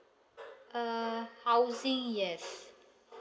uh housing yes